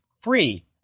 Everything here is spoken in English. free